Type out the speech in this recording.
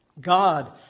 God